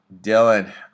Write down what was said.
Dylan